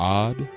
odd